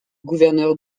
gouverneur